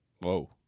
Whoa